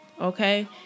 okay